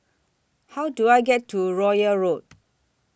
How Do I get to Royal Road